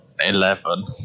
Eleven